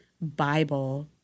bible